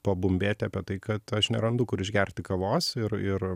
pabumbėti apie tai kad aš nerandu kur išgerti kavos ir ir